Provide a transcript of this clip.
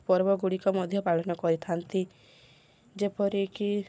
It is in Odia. ପର୍ବଗୁଡ଼ିକ ମଧ୍ୟ ପାଳନ କରିଥାନ୍ତି ଯେପରିକି